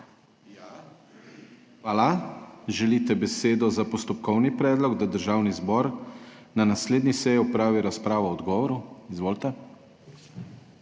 Hvala. Želite besedo za postopkovni predlog, da Državni zbor na naslednji seji opravi razpravo o odgovoru? Izvolite.